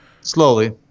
slowly